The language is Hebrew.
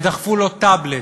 ודחפו לו טאבלט,